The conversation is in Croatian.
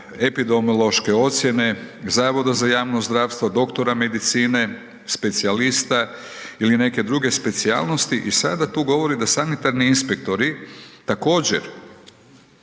epidemiološke ocjene zavoda za javno zdravstvo, doktora medicine, specijalista ili neke druge specijalnosti i sada tu govori da sanitarni inspektori također